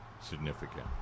significant